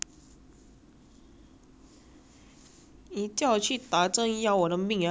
你叫我去打针要我的命啊还叫我去捐血 but I pierce my ear that one can